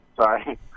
Sorry